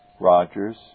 Rogers